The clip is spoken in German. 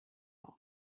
auf